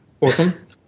Awesome